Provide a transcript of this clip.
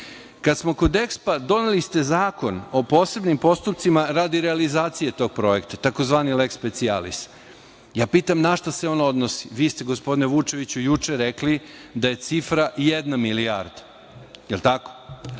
smo kod EXPO-a, doneli ste Zakon o posebnim postupcima radi realizacije tog projekta, tzv. leks specijalis. Ja pitam na šta se on odnosi? Vi ste, gospodine Vučeviću, juče rekli da je cifra jedna milijarda. Da li je tako?